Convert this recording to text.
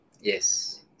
Yes